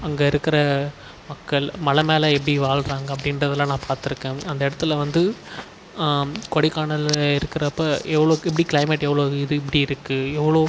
அங்கே இருக்கிற மக்கள் மலை மேலே எப்படி வாழ்றாங்க அப்படின்றதுலாம் நான் பார்த்துருக்கேன் அந்த இடத்துல வந்து கொடைக்கானலில் இருக்கிறப்ப எவ்வளோ எப்படி க்ளைமேட் எவ்வளோ இது எப்படி இருக்குது எவ்வளோ